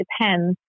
depends